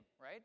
right